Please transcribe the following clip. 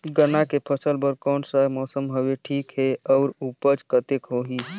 गन्ना के फसल बर कोन सा मौसम हवे ठीक हे अउर ऊपज कतेक होही?